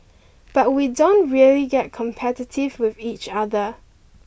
but we don't really get competitive with each other